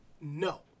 No